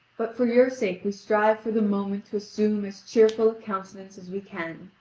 but for your sake we strive for the moment to assume as cheerful a countenance as we can.